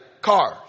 cars